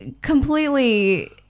completely